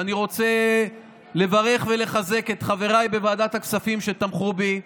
ואני רוצה לברך ולחזק את חבריי בוועדת הכספים שתמכו בי.